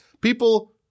people